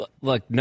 look